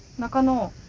nakano.